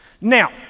Now